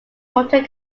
modern